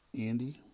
Andy